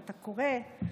כשאתה קורא בתורה,